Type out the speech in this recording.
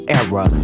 era